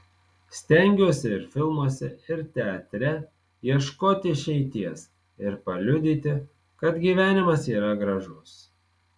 stengiuosi ir filmuose ir teatre ieškoti išeities ir paliudyti kad gyvenimas yra gražus